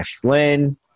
Flynn